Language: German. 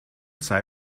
sei